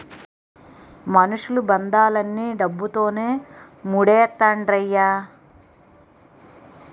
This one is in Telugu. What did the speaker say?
మనుషులు బంధాలన్నీ డబ్బుతోనే మూడేత్తండ్రయ్య